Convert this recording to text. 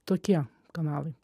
tokie kanalai